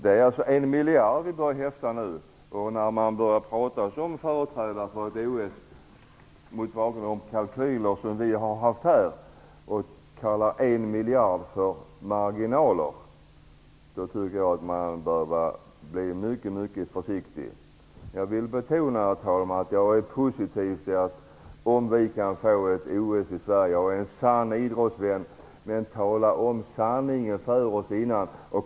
Det är alltså en miljard vi pratar om. När man som företrädare för ett OS kallar en miljard för "marginaler" tycker jag att vi bör bli mycket försiktiga. Herr talman! Jag vill betona att jag är positiv till att vi skall ha ett OS i Sverige. Jag är en sann idrottsvän. Men jag vill att ni skall tala om sanningen för oss innan.